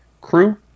crew